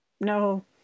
No